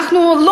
אני לא